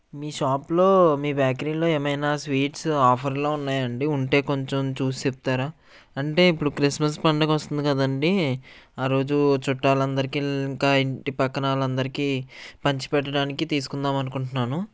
మీ షాప్లో మీ బేకరీలో ఏమయినా స్వీట్స్ ఆఫర్లో ఉన్నాయండి ఉంటే కొంచెం చూసి చెప్తారా అంటే ఇప్పుడు క్రిస్మస్ పండుగ వస్తుంది కదా అండి ఆ రోజు చుట్టాలందరికీ ఇంకా ఇంటి పక్కన వాళ్ళందరికీ పంచిపెట్టడానికి తీసుకుందాం అనుకుంటున్నాను